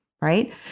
right